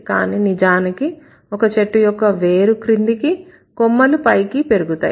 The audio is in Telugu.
కానీ నిజానికి ఒక చెట్టు యొక్క వేరు క్రిందికి కొమ్మలు పైకి పెరుగుతాయి